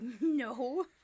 No